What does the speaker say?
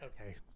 Okay